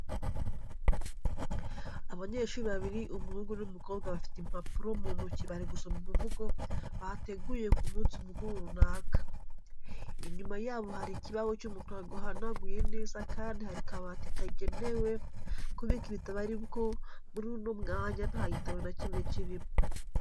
Abanyeshuri babiri umuhungu n'umukobwa bafite impapuro mu ntoki bari gusoma umuvugo bateguye ku munsi mukuru runaka. Inyuma yabo hari ikibaho cy'umukara guhanaguye neza kandi hari kabati kagenewe kubika ibitabo ariko muri uno mwanya nta gitabo na kimwe kirimo.